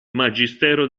magistero